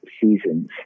seasons